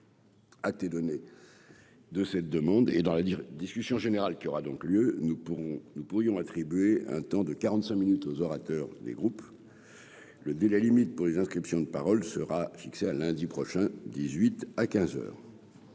à tes données de cette demande et dans la dire discussion générale qui aura donc lieu, nous pourrons nous pourrions attribuer un temps de 45 minutes aux orateurs des groupes le délai limite pour les inscriptions de parole sera fixée à lundi prochain 18 à 15 heures.